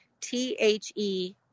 T-H-E